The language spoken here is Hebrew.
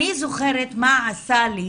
אני זוכרת מה עשה לי